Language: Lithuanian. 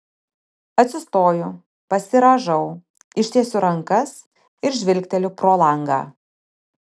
atsistoju pasirąžau ištiesiu rankas ir žvilgteliu pro langą